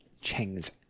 Cheng's